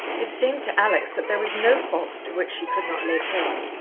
it seemed to alex that there was no fault to which she could not lay claim.